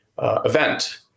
event